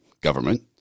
government